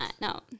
no